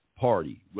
party